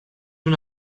una